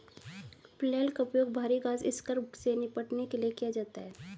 flail का उपयोग भारी घास स्क्रब से निपटने के लिए किया जाता है